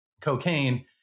cocaine